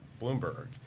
Bloomberg